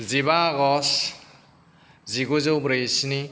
जिबा आगष्ट' जिगुजौ ब्रैजिस्नि